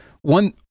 One